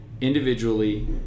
individually